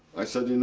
i said, in